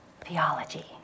theology